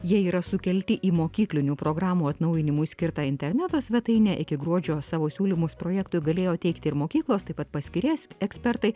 jie yra sukelti į mokyklinių programų atnaujinimui skirtą interneto svetainę iki gruodžio savo siūlymus projektui galėjo teikti ir mokyklos taip pat paskiri es ekspertai